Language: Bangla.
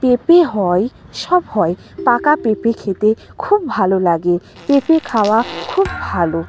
পেঁপে হয় সব হয় পাকা পেঁপে খেতে খুব ভালো লাগে পেঁপে খাওয়া খুব ভালো